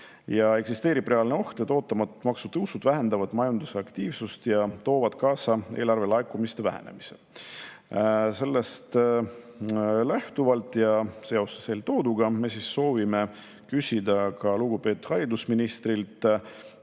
Eksisteerib reaalne oht, et ootamatud maksutõusud vähendavad majandusaktiivsust ja toovad kaasa eelarvelaekumiste vähenemise. Sellest lähtuvalt ja seoses eeltooduga soovime küsida lugupeetud haridusministrilt